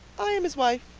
i am his wife.